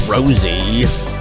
Rosie